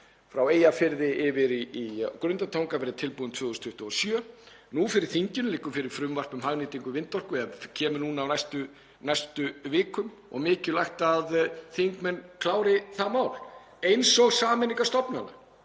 frá Eyjafirði yfir í Grundartanga verði tilbúin 2027. Nú fyrir þinginu liggur fyrir frumvarp um hagnýtingu vindorku, eða það kemur núna á næstu vikum og er mikilvægt að þingmenn klári mál eins og sameiningar stofnana